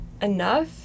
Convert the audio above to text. enough